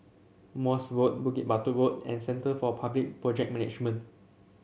Morse Road Bukit Batok Road and Centre for Public Project Management